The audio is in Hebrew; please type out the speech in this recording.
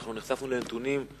אנחנו נחשפנו לנתונים,